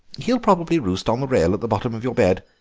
he'll probably roost on the rail at the bottom of your bed.